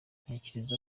ntekereza